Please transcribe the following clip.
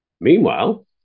Meanwhile